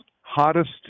hottest